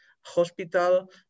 hospital